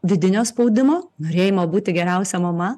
vidinio spaudimo norėjimo būti geriausia mama